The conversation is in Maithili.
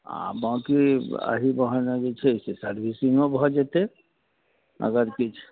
आ बाँकी अही बहाने जे छै सर्विसिंगो भऽ जेतै अगर किछु